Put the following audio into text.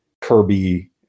Kirby